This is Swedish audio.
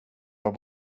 var